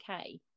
okay